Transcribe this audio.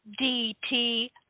DT